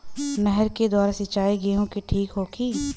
नहर के द्वारा सिंचाई गेहूँ के ठीक होखि?